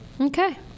Okay